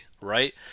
right